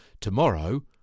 Tomorrow